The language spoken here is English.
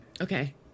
Okay